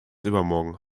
übermorgen